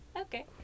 Okay